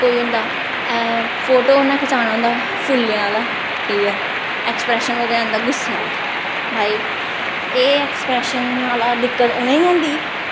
कोई होंदा फोटो उ'नें खचाना होंदा फुल्लें आह्ला ठीक ऐ ऐक्सप्रैसन ओह्दा आंदा गुस्से आह्ला भाई एह् ऐक्सप्रैशन आह्ला दिक्कत उ'नेंगी होंदी